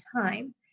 time